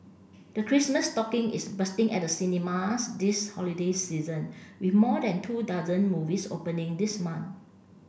the Christmas stocking is bursting at the cinemas this holiday season with more than two dozen movies opening this month